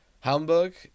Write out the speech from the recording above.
Hamburg